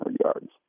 yards